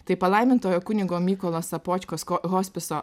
tai palaimintojo kunigo mykolo sopočkos hospiso